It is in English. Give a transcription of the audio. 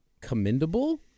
commendable